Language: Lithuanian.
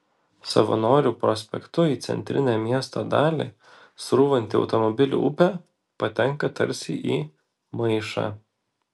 savanorių prospektu į centrinę miesto dalį srūvanti automobilių upė patenka tarsi į maišą